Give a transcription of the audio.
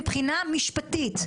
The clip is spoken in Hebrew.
מבחינה משפטית.